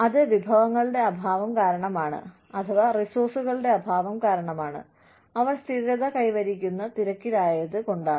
അത് വിഭവങ്ങളുടെ അഭാവം കാരണമാണ് അവർ സ്ഥിരത കൈവരിക്കുന്ന തിരക്കിലായത് കൊണ്ടാണ്